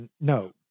No